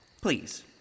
Please